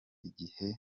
igihe